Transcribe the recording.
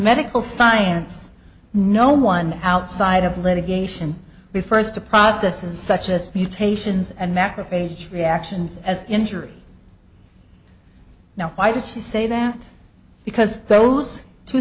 medical science no one outside of litigation the first to processes such as mutations and macrophage reactions as injury now why did she say that because those two